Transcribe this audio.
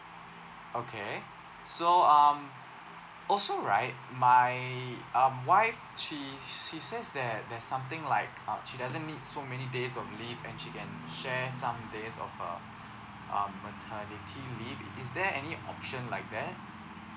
okay so um also right my um wife she she says that there's something like um she doesn't need so many days of leave and she can share some days of her um maternity leave is there any option like that